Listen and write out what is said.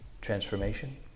transformation